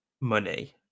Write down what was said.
money